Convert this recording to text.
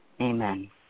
Amen